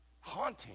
Haunting